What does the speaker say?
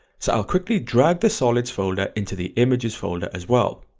so i'll quickly drag the solids folder into the images folder as well.